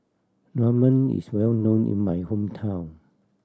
ramen is well known in my hometown